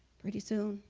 pretty soon.